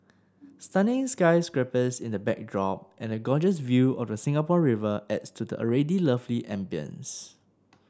stunning sky scrapers in the backdrop and a gorgeous view of the Singapore River adds to the already lovely ambience